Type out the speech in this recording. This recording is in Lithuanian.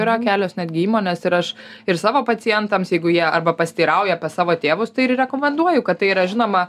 yra kelios netgi įmonės ir aš ir savo pacientams jeigu jie arba pasiteirauja apie savo tėvus tai ir rekomenduoju kad tai yra žinoma